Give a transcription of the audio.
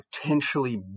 potentially